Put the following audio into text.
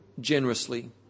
generously